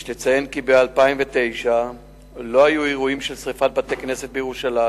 יש לציין כי ב-2009 לא היו אירועים של שרפת בתי-כנסת בירושלים,